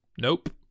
nope